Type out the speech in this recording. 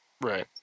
Right